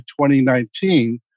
2019